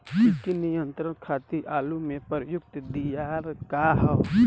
कीट नियंत्रण खातिर आलू में प्रयुक्त दियार का ह?